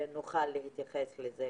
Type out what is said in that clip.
כל כך לא מוכנים מבחינת תשתיות